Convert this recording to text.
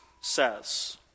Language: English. says